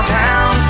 town